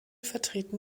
vertreten